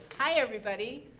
hi everybody.